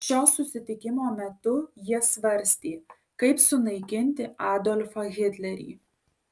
šio susitikimo metu jie svarstė kaip sunaikinti adolfą hitlerį